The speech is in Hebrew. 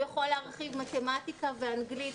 הוא יכול להרחיב מתמטיקה ואנגלית,